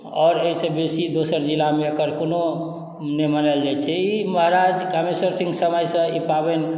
आओर एहिसँ बेसी दोसर जिला मे एकर कोनो नहि मनायल जाइ छै ई महाराज कामेश्वर सिंह समय सँ ई पाबनि